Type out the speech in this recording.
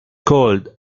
could